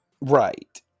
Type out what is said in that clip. Right